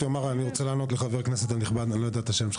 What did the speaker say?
אני רוצה לענות לחבר הכנסת הנכבד חוג'יראת.